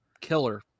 killer